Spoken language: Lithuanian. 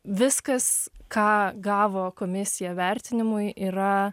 viskas ką gavo komisija vertinimui yra